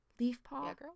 Leafpaw